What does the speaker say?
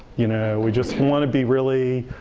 you know? we just want to be really,